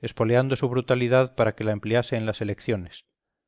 espoleando su brutalidad para que la emplease en las elecciones